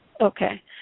Okay